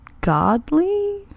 godly